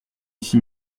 ici